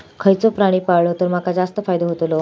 खयचो प्राणी पाळलो तर माका जास्त फायदो होतोलो?